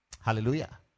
hallelujah